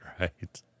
right